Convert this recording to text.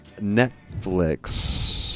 Netflix